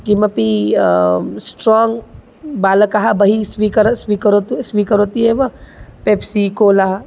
किमपि स्ट्राङ्ग् बालकः बहिः स्वीकर स्वीकरोतु स्वीकरोति एव पेप्सि कोला